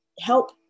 help